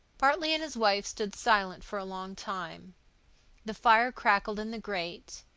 bartley and his wife stood silent for a long time the fire crackled in the grate,